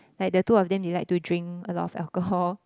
like the two of them they like to drink a lot of alcohol